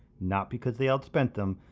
not because they outspent them,